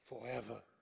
forever